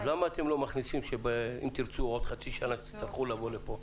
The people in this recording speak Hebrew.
אז למה אתם לא מכניסים שאם תרצו עוד חצי שנה תצטרכו לבוא לפה?